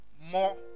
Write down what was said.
more